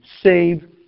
save